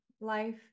life